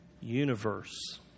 universe